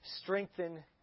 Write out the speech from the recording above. strengthen